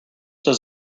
does